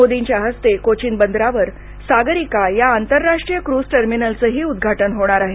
मोदींच्या हस्ते कोचीन बंदरावर सागरिका या आंतरराष्ट्रीय क्रुझ टर्मिनलचंही उद्घाटन होणार आहे